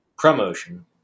promotion